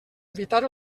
evitar